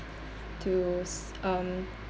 to s~ um